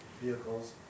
vehicles